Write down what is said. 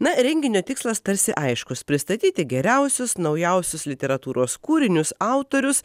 na renginio tikslas tarsi aiškus pristatyti geriausius naujausius literatūros kūrinius autorius